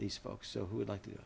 these folks so who would like to